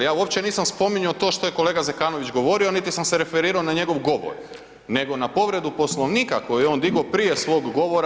Ja uopće nisam spominjao to što je kolega Zekanović govorio niti sam se referirao na njegov govor nego na povredu Poslovnika koji je on digao prije svog govora.